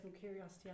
curiosity